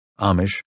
Amish